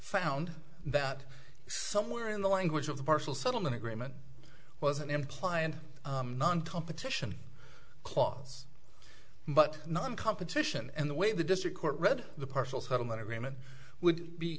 found that somewhere in the language of the partial settlement agreement wasn't implying non competition clause but non competition and the way the district court read the partial settlement agreement would be